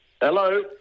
Hello